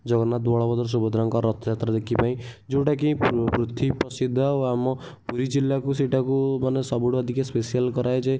ଜଗନ୍ନାଥ ବଳଭଦ୍ର ସୁଭଦ୍ରାଙ୍କ ରଥଯାତ୍ରା ଦେଖିବା ପାଇଁ ଯେଉଁଟାକି ପୃଥିବୀ ପ୍ରସିଦ୍ଧ ଆଉ ଆମ ପୁରୀ ଜିଲ୍ଲାକୁ ସେଇଟାକୁ ମାନେ ସବୁଠୁ ଅଧିକା ସ୍ପେସିଆଲ୍ କାରାଯାଏ